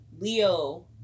Leo